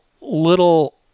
little